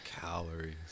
calories